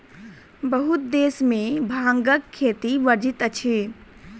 बहुत देश में भांगक खेती वर्जित अछि